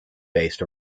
based